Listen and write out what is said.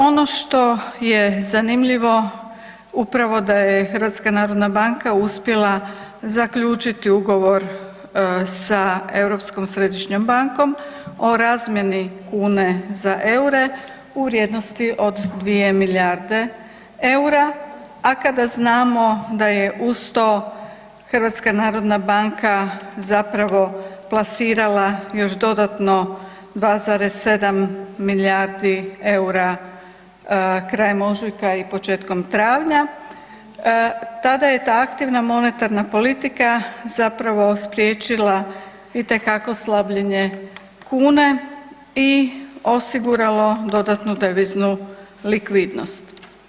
Ono što je zanimljivo upravo da je HNB uspjela zaključiti ugovor sa Europskom središnjom bankom o razmjeni kune za eure u vrijednosti od 2 milijarde eura, a kada znamo da je HNB zapravo plasirala još dodatno 2,7 milijardi eura krajem ožujka i početkom travnja, tada je ta aktivna monetarna politika zapravo spriječila itekako slabljenje kune i osiguralo dodatnu deviznu likvidnost.